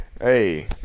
Hey